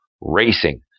Racing